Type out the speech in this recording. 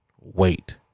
wait